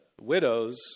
widows